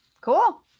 Cool